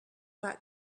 that